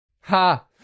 Ha